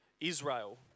Israel